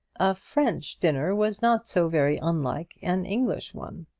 a french dinner was not so very unlike an english one.